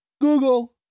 Google